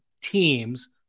teams